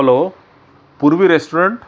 hello Purvi restaurant